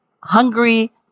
hungry